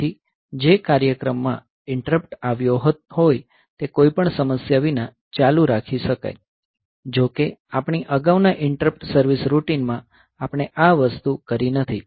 જેથી જે કાર્યક્રમમાં ઇન્ટરપ્ટ આવ્યો હોય તે કોઈપણ સમસ્યા વિના ચાલુ રાખી શકાય જો કે આપણી અગાઉના ઇન્ટરપ્ટ સર્વીસ રૂટિનમાં આપણે આ વસ્તુ કરી નથી